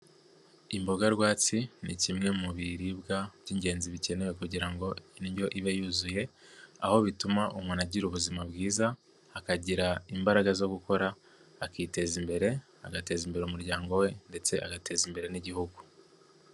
Imboga rwatsi ni kimwe mu biribwa by'ingenzi bikenewe kugira ngo indyo ibe yuzuye, aho bituma umuntu agira ubuzima bwiza, akagira imbaraga zo gukora, akiteza imbere, agateza imbere umuryango we ndetse agateza imbere n'igihugu.